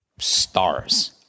Stars